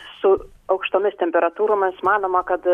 su aukštomis temperatūromis manoma kad